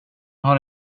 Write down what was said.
har